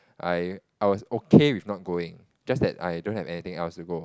I I was okay with not going just that I don't have anything else to go